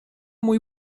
mój